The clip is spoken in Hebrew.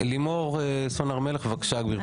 לימור סון הר מלך, בבקשה, גברתי.